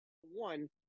one